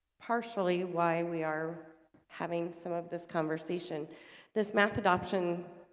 partially why we are having some of this conversation this math adoption